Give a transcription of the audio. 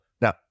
Now